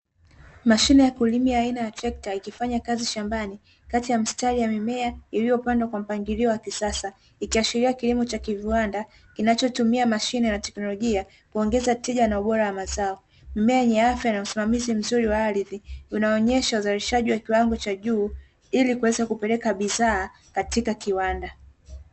Mashine ya kulimia aina ya trekta ikifanya kazi shambani kati ya mstari ya mimea iliyopandwa kwa mpangilio wa kisasa ikiashiria kilimo cha kiviwanda kinachotumia mashine na teknolojia kuongeza tija na ubora wa mazao. Mmea wenye afya na usimamizi mzuri wa ardhi unaonyesha uzalishaji wa kiwango cha juu ilikuweza kupeleka bidhaa katika kiwanda.